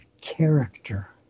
character